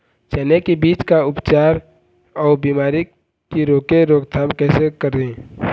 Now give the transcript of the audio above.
चने की बीज का उपचार अउ बीमारी की रोके रोकथाम कैसे करें?